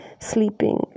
sleeping